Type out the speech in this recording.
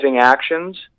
actions